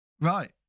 Right